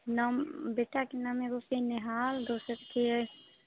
नाम बेटाके नाम एगोके निहाल दोसरके